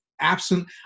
absent